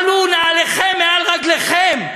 שלו נעליכם מעל רגליכם.